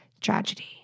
Tragedy